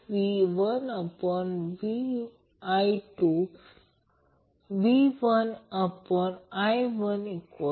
एकतर हर्ट्झ किंवा radian per second मिळेल